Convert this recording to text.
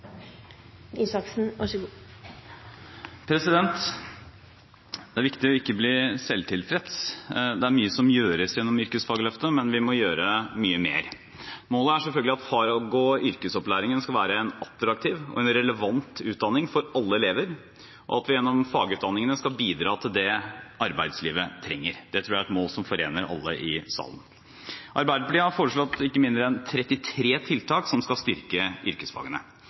viktig ikke å bli selvtilfreds. Det er mye som gjøres gjennom Yrkesfagløftet, men vi må gjøre mye mer. Målet er selvfølgelig at fag- og yrkesopplæringen skal være en attraktiv og relevant utdanning for alle elever, og at vi gjennom fagutdanningene skal bidra til det arbeidslivet trenger. Det tror jeg er et mål som forener alle i salen. Arbeiderpartiet har foreslått ikke mindre enn 33 tiltak som skal styrke yrkesfagene,